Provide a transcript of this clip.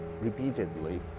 repeatedly